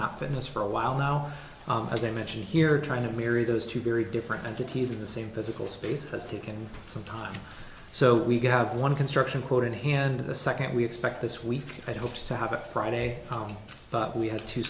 not fitness for a while now as i mentioned here trying to mirror those two very different entities in the same physical space has taken some time so we could have one construction quote in hand the second we expect this week i hope to have it friday but we have two